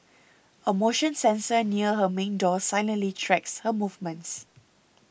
a motion sensor near her main door silently tracks her movements